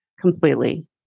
Completely